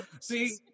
see